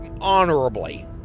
honorably